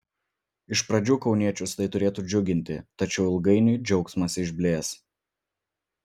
iš pradžių kauniečius tai turėtų džiuginti tačiau ilgainiui džiaugsmas išblės